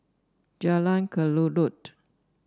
Jalan Kelulut